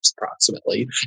approximately